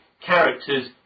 characters